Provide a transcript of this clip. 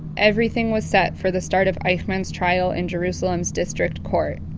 everything was set for the start of eichmann's trial in jerusalem's district court.